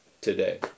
today